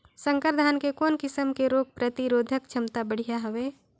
संकर धान के कौन किसम मे रोग प्रतिरोधक क्षमता बढ़िया हवे?